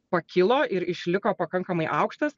pakilo ir išliko pakankamai aukštas